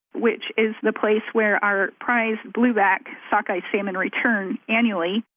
which is the place where our prized blueback sockeye salmon return annually.